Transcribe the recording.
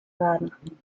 werden